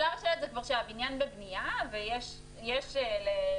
שלב השלד זה שהבניין בבניין ויש למעבדות